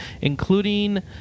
including